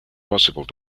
possible